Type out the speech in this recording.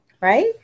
right